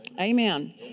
Amen